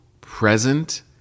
present